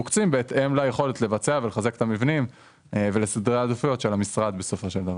שמוקצים בהתאם ליכולת לבצע ולסדרי העדיפויות של המשרד.